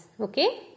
Okay